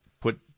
put